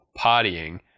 partying